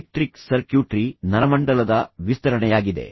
electric circuitry ನರಮಂಡಲದ ವಿಸ್ತರಣೆಯಾಗಿದೆ